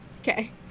Okay